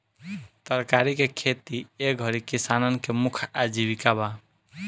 तरकारी के खेती ए घरी किसानन के मुख्य आजीविका बा